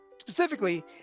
specifically